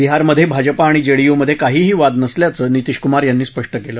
बिहारमधे भाजप आणि जेडीयुत काहीही वाद नसल्याचंही नितीश कुमार यांनी स्पष्ट केलं